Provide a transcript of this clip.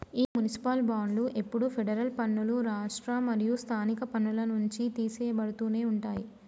ఈ మునిసిపాల్ బాండ్లు ఎప్పుడు ఫెడరల్ పన్నులు, రాష్ట్ర మరియు స్థానిక పన్నుల నుంచి తీసెయ్యబడుతునే ఉంటాయి